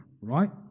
right